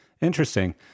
Interesting